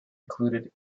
included